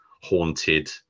haunted